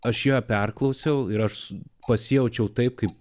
aš ją perklausiau ir aš pasijaučiau taip kaip